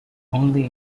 only